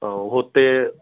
ऐं हुते